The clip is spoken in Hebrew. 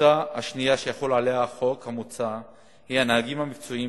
הקבוצה השנייה שיחול עליה החוק המוצע היא הנהגים המקצועיים,